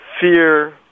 fear